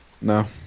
No